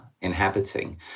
inhabiting